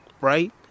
right